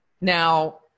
now